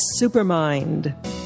Supermind